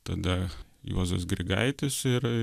tada juozas grigaitis ir